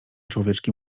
człowieczki